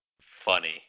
Funny